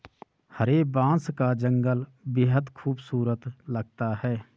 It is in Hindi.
हरे बांस का जंगल बेहद खूबसूरत लगता है